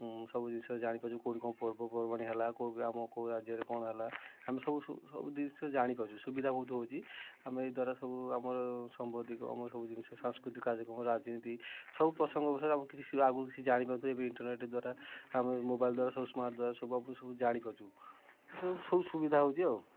ସବୁ ବିଷୟରେ ଜାଣିପାରୁଚୁ କେଉଁଠି କ'ଣ ପର୍ବପର୍ବାଣୀ ହେଲା କେଉଁ କି ଆମ କେଉଁ ରାଜ୍ୟରେ କ'ଣ ହେଲା ଆମେ ସବୁ ସବୁ ସବୁ ଜିନିଷ ଜାଣିପାରୁଛୁ ସୁବିଧା ବହୁତ ହେଉଛି ଆମେ ଏ ଦ୍ୱାରା ସବୁ ଆମର ସମ୍ବାଦିକ ଆମର ସବୁ ଜିନିଷ ସାଂସ୍କୃତିକ କାର୍ଯ୍ୟକ୍ରମ ରାଜନୀତି ସବୁ ପ୍ରସଙ୍ଗ ବିଷୟରେ ଆମକୁ କିଛି ଆଗରୁ କିଛି ଜାଣିପାରୁଛୁ ଏବେ ଇଣ୍ଟରନେଟ୍ ଦ୍ୱାରା ଆମ ମୋବାଇଲ୍ ଦ୍ୱାରା ସବୁ ସ୍ମାର୍ଟ ଦ୍ୱାରା ସବୁ ଜାଣିପାରୁଛୁ ଏ ସବୁ ସବୁ ସୁବିଧା ହେଉଛି ଆଉ